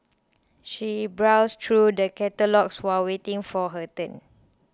she browsed through the catalogues while waiting for her turn